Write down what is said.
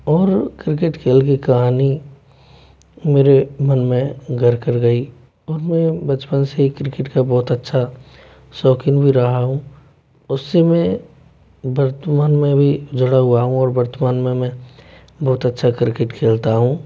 और क्रिकेट खेल की कहानी मेरे मन में घर कर गई और मैं बचपन से ही क्रिकेट का बहुत अच्छा शौक़ीन भी रहा हूँ उस से मैं वर्तमान में भी जुड़ा हुआ हूँ और वर्तमान में मैं बहुत अच्छा क्रिकेट खेलता हूँ